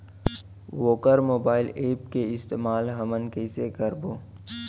वोकर mobile app के इस्तेमाल हमन कइसे करबो?